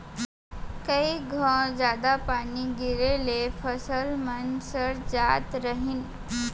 कई घौं जादा पानी गिरे ले फसल मन सर जात रहिन